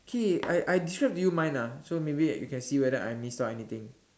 okay I I describe to you mine ah so maybe you can see whether I miss out anything